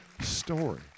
story